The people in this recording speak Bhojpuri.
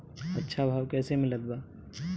अच्छा भाव कैसे मिलत बा?